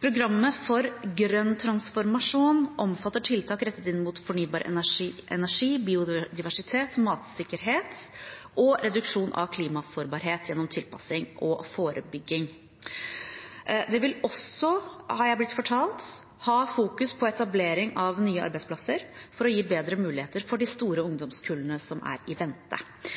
Programmet for grønn transformasjon omfatter tiltak rettet inn mot fornybar energi, biodiversitet, matsikkerhet og reduksjon av klimasårbarhet gjennom tilpasning og forebygging. Det vil også, har jeg blitt fortalt, fokusere på etablering av nye arbeidsplasser for å gi bedre muligheter for de store ungdomskullene som er i vente.